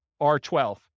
R12